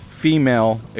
female